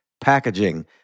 packaging